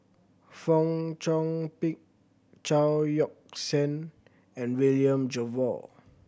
Fong Chong Pik Chao Yoke San and William Jervo